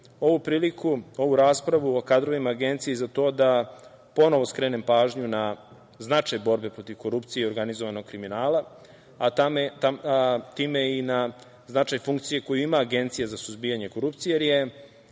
ovu priliku, ovu raspravu o kadrovima Agencije za to da ponovo skrenem pažnju na značaj borbe protiv korupcije i organizovanog kriminala, a time i na značaj funkcije koju ima Agencija za suzbijanje korupcije, jer je